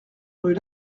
rue